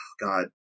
god